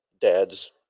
dad's